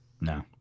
no